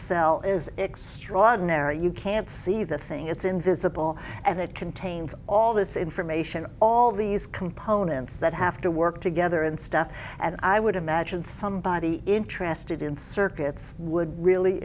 cell is extraordinary you can't see the thing it's invisible and it contains all this information all these components that have to work together and stuff and i would imagine somebody interested in circuits would really